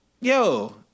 yo